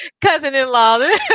cousin-in-law